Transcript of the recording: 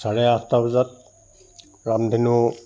চাৰে আঠটা বজাত ৰামধেনু